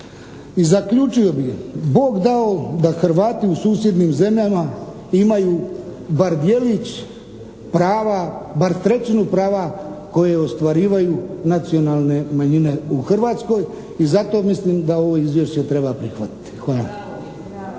I zaključio bi, Bog dao da Hrvati u susjednim zemljama imaju bar djelić prava, bar trećinu prava koje ostvaruju nacionalne manjine u Hrvatskoj i zato mislim da ovo izvješće treba prihvatiti. Hvala.